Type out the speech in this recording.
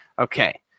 Okay